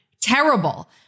Terrible